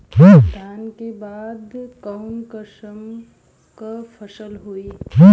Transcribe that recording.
धान के बाद कऊन कसमक फसल होई?